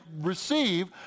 receive